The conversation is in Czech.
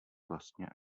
vlastně